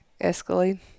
Escalade